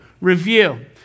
review